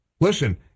Listen